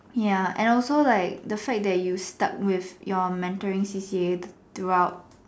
ya and also like the fact that you stuck with your mentoring C_C_A throughout